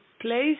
place